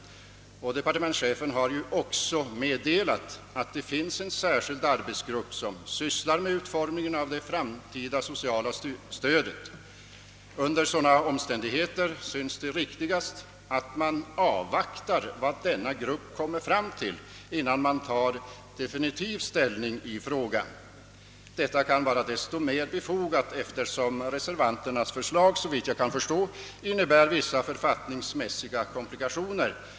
Departementschefen har också meddelat att det finns en särskild arbetsgrupp som sysslar med utformningen av det framtida studiesociala stödet. Under sådana omständigheter synes det riktigast att man avvaktar vad denna grupp kommer fram till innan man definitivt tar ställning i frågan. Detta kan vara så mycket mer befogat eftersom reservanternas förslag — såvitt jag förstår — innebär vissa författningsmässiga komplikationer.